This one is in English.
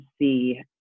see